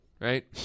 Right